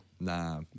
Nah